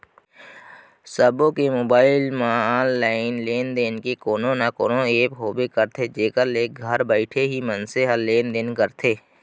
सबो के मोबाइल म ऑनलाइन लेन देन के कोनो न कोनो ऐप होबे करथे जेखर ले घर बइठे ही मनसे ह लेन देन करथे